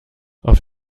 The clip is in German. auf